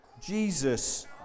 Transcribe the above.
Jesus